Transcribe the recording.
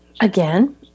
again